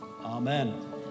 Amen